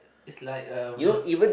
it's like um